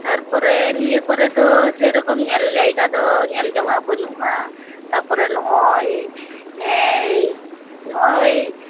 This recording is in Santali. ᱛᱟᱨᱯᱚᱨᱮ ᱱᱤᱭᱟᱹ ᱠᱚᱨᱮ ᱫᱚ ᱥᱮ ᱨᱚᱠᱚᱢ ᱧᱮᱞ ᱡᱟᱭᱜᱟ ᱫᱚ ᱧᱮᱞ ᱡᱚᱝᱼᱟᱜ ᱵᱟᱹᱱᱩᱜᱼᱟ ᱛᱟᱯᱚᱨᱮ ᱱᱚᱜᱼᱚᱭ ᱱᱚᱜᱼᱚᱭ